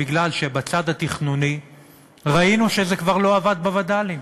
מפני שבצד התכנוני ראינו שזה כבר לא עבר בווד"לים.